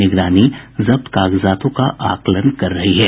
निगरानी जब्त कागजातों का आकलन कर रही है